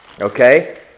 Okay